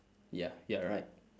ya you're right